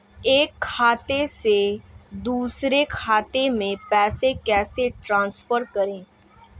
एक खाते से दूसरे खाते में पैसे कैसे ट्रांसफर करें?